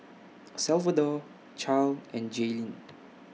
Salvador Charle and Jaelynn